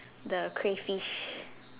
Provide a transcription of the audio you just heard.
the crayfish